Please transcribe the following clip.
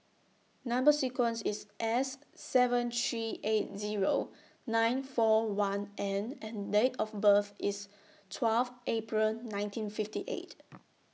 Number sequence IS S seven three eight Zero nine four one N and Date of birth IS twelve April nineteen fifty eight